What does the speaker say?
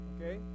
Okay